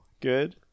good